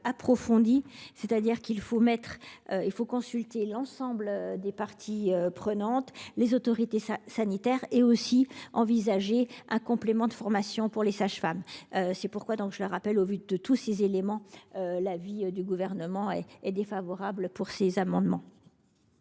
approfondi, c'est-à-dire qu'il faut consulter l'ensemble des parties prenantes, notamment les autorités sanitaires, et envisager un complément de formation pour les sages-femmes. Au vu de tous ces éléments, l'avis du Gouvernement est défavorable sur ces amendements.